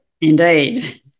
Indeed